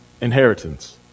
inheritance